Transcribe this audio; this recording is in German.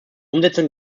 umsetzung